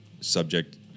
subject